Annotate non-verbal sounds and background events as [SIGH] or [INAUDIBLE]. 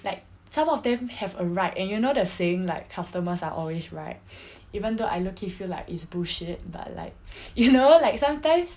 like some of them have a right and you know the saying like customers are always right [BREATH] even though I low-key feel like it's bullshit but like [BREATH] you know like sometimes